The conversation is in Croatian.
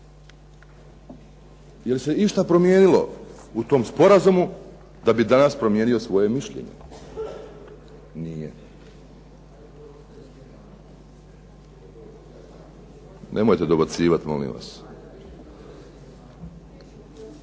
Jel se išta promijenilo u tom sporazumu da bi danas promijenio svoje mišljenje? Nije. Nemojte dobacivati, molim vas.